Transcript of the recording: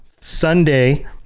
Sunday